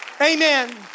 Amen